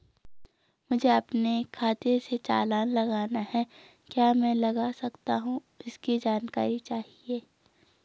मुझे अपने खाते से चालान लगाना है क्या मैं लगा सकता हूँ इसकी जानकारी चाहिए?